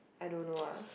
I don't know ah